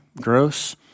gross